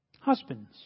Husbands